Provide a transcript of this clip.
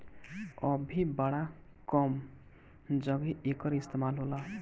अभी बड़ा कम जघे एकर इस्तेमाल होला